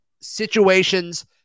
situations